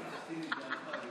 תם סדר-היום.